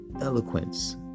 eloquence